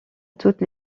toutes